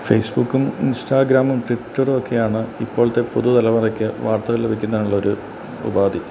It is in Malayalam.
ഫേസ്ബുക്കും ഇൻസ്റ്റാഗ്രാമും ട്വിറ്റർ ഒക്കെയാണ് ഇപ്പോഴത്തെ പുതു തലമുറയ്ക്ക് വാർത്തകൾ ലഭിക്കുന്നതിനുള്ള ഒരു ഉപാധി